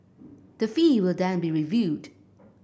the fee will then be reviewed